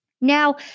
Now